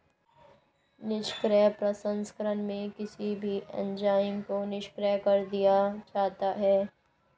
निष्क्रिय प्रसंस्करण में किसी भी एंजाइम को निष्क्रिय कर दिया जाता है